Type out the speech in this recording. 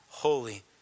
holy